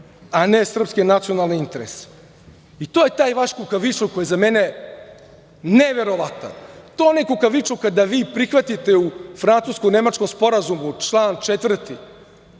a ne srpske nacionalne interese. To je taj vaš kukavičluk koji je za mene neverovatan. To je onaj kukavičluk kada vi prihvatite u francusko-nemačkom sporazumu član 4.